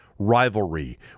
rivalry